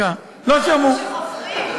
הם לא שמעו שחופרים?